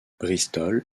bristol